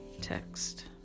text